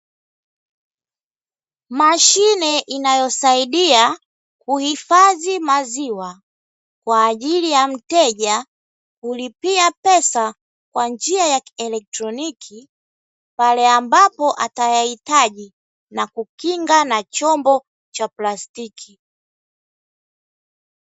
Mashine inayosaidia kuhifadhi maziwa, kwa ajili ya mteja kulipia pesa kwa njia ya kielektroniki; pale ambapo atayahitaji na kukinga na chomba cha plastiki.